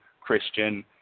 Christian